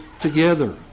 together